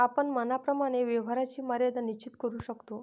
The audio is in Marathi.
आपण मनाप्रमाणे व्यवहाराची मर्यादा निश्चित करू शकतो